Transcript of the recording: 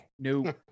No